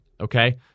Okay